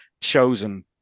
chosen